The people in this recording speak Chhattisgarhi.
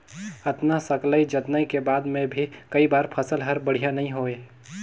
अतना सकलई जतनई के बाद मे भी कई बार फसल हर बड़िया नइ होए